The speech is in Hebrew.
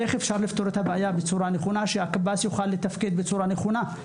לחשוב איך אפשר להביא לפתרון כך שהקב״ס יוכל לתפקד בצורה נכונה.